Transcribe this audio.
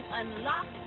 unlock